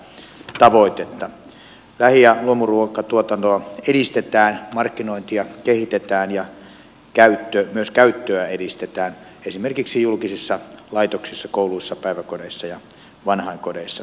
lähi ja luomuruokatuotantoa edistetään markkinointia kehitetään ja myös käyttöä edistetään esimerkiksi julkisissa laitoksissa kouluissa päiväkodeissa ja vanhainkodeissa